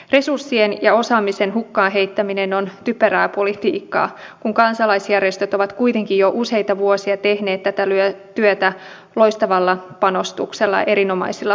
resurssien ja osaamisen hukkaan heittäminen on typerää politiikkaa kun kansalaisjärjestöt ovat kuitenkin jo useita vuosia tehneet tätä työtä loistavalla panostuksella ja erinomaisilla hankkeilla